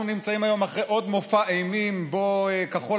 אנחנו נמצאים היום אחרי עוד מופע אימים שבו כחול